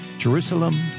Jerusalem